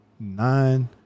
nine